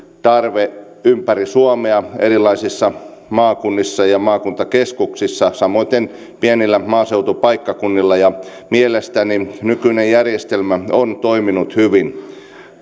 tarve ympäri suomea erilaisissa maakunnissa ja maakuntakeskuksissa samoiten pienillä maaseutupaikkakunnilla mielestäni nykyinen järjestelmä on toiminut hyvin